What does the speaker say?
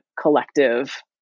collective